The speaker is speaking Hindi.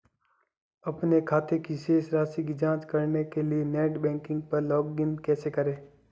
अपने खाते की शेष राशि की जांच करने के लिए नेट बैंकिंग पर लॉगइन कैसे करें?